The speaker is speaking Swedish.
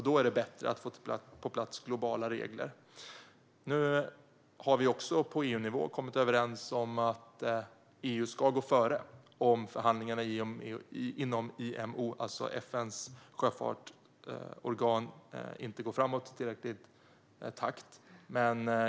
Då är det bättre att få på plats globala regler. Nu har vi också på EU-nivå kommit överens om att EU ska gå före om förhandlingarna inom FN:s sjöfartsorgan IMO inte går framåt i tillräcklig takt.